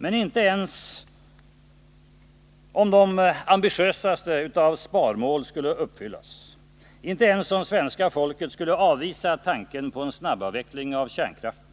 Men inte ens om de mest ambitiösa sparmål skulle uppfyllas, inte ens om svenska folket skulle avvisa tanken på en snabbavveckling av kärnkraften